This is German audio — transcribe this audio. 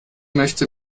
möchte